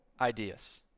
ideas